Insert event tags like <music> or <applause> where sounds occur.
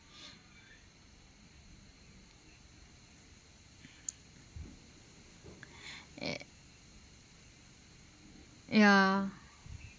<noise> ya